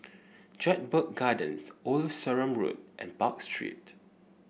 Jedburgh Gardens Old Sarum Road and Park Street